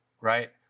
right